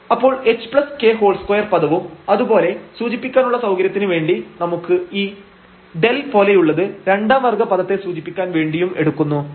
അപ്പോൾ hk2 പദവും അതുപോലെ സൂചിപ്പിക്കാനുള്ള സൌകര്യത്തിന് വേണ്ടി നമുക്ക് ഈ ∂ പോലെയുള്ളത് രണ്ടാം വർഗ്ഗ പദത്തെ സൂചിപ്പിക്കാൻ വേണ്ടിയും എടുക്കുന്നു